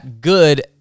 good